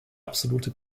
absolute